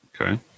Okay